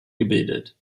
gebildet